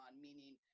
Meaning